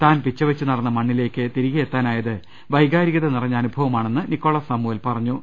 താൻ പിച്ചവെച്ചു നടന്ന മണ്ണിലേക്ക് തിരികെയെത്താനായത് വൈകാരികത നിറഞ്ഞ അനുഭവമാണെന്ന് നിക്കൊളാസ് സാമുവൽ പറഞ്ഞു